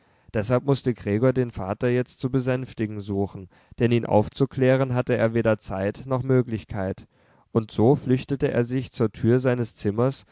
deshalb mußte gregor den vater jetzt zu besänftigen suchen denn ihn aufzuklären hatte er weder zeit noch möglichkeit und so flüchtete er sich zur tür seines zimmers